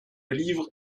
livre